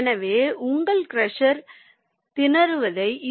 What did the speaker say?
எனவே உங்கள் க்ரஷர் திணறுவதைத் தடுக்கலாம்